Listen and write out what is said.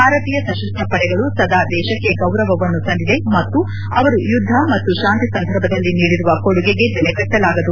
ಭಾರತೀಯ ಸಶಸ್ತ್ವ ಪಡೆಗಳು ಸದಾ ದೇಶಕ್ಕೆ ಗೌರವವನ್ನು ತಂದಿವೆ ಮತ್ತು ಅವರು ಯುದ್ದ ಮತ್ತು ಶಾಂತಿ ಸಂದರ್ಭದಲ್ಲಿ ನೀಡಿರುವ ಕೊಡುಗೆಗೆ ಬೆಲೆ ಕಟ್ವಲಾಗದು